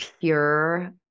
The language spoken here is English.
pure